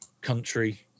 country